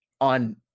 on